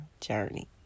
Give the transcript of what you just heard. journey